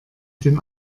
den